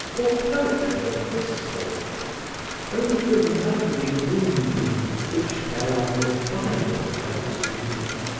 or poetry of this sort o the lovely moonbeam which fell on the bible i was reading!